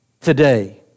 today